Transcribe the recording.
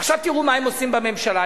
עכשיו תראו מה הם עושים בממשלה.